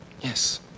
Yes